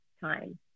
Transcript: time